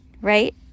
Right